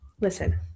listen